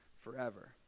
forever